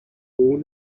born